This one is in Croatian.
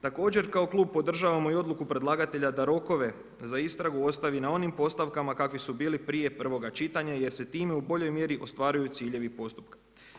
Također kao klub podržavamo i odluku predlagatelja da rokove za istragu ostavi na onim postavkama kakvi su bili prije prvoga čitanja jer se time u boljoj mjeri ostvaruju ciljevi postupka.